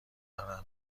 دارم